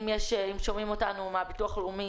אם שומעים אותנו מהביטוח הלאומי,